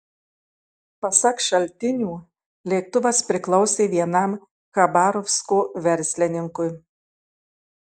pasak šaltinių lėktuvas priklausė vienam chabarovsko verslininkui